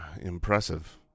Impressive